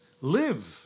live